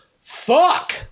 Fuck